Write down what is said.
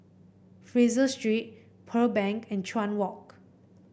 Fraser Street Pearl Bank and Chuan Walk